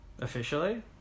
Officially